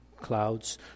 clouds